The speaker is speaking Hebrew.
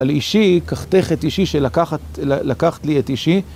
על אישי, קחתך את אישי, שלקחת, לקחת לי את אישי.